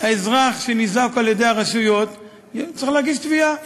אזרח שניזוק על-ידי הרשויות צריך להגיש תביעה.